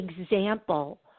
example